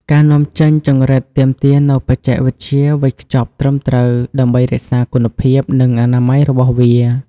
ការនាំចេញចង្រិតទាមទារនូវបច្ចេកវិទ្យាវេចខ្ចប់ត្រឹមត្រូវ ដើម្បីរក្សាគុណភាព និងអនាម័យរបស់វា។